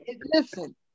Listen